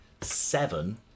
seven